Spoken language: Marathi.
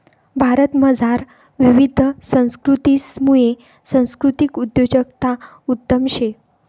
भारतमझार विविध संस्कृतीसमुये सांस्कृतिक उद्योजकता उत्तम शे